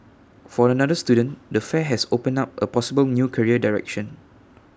for another student the fair has open up A possible new career direction